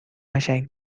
قشنگ